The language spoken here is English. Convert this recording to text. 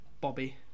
Bobby